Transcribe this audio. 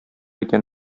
икән